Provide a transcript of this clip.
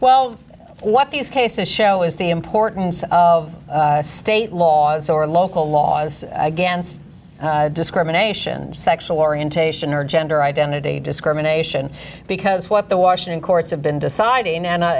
well what these cases show is the importance of state laws or local laws against discrimination sexual orientation busy or gender identity discrimination because what the washington courts have been deciding and i